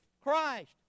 Christ